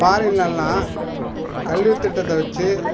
ஃபாரின்லலாம் கல்வித் திட்டத்தை வெச்சு